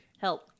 Help